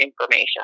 information